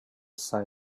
side